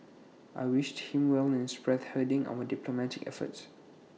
I wish him well in spearheading our diplomatic efforts